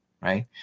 right